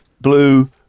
blue